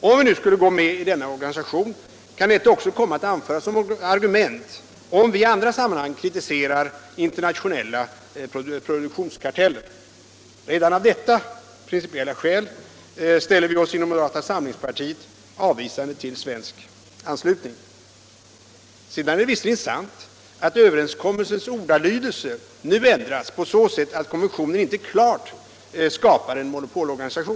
Om vi skulle gå med i denna organisation kan det också komma att anföras som argument, om vi i andra sammanhang kritiserar internationella produktionskarteller. Redan av detta principiella skäl ställer vi oss inom moderata samlingspartiet avvisande till en svensk anslutning. Sedan är det visserligen sant att överenskommelsens ordalydelse nu ändrats på så sätt att konventionen inte klart skapar en monopolorganisation.